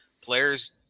players